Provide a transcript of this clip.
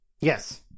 yes